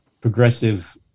progressive